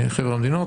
מחבר המדינות,